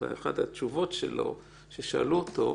באחת התשובות שלו על שאלות ששאלו אותו,